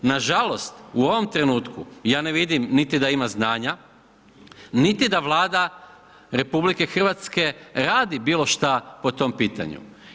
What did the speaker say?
Nažalost u ovom trenutku, ja ne vidim, niti da ima znanja, niti da Vlada RH, radi bilo što po tom pitanju.